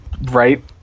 Right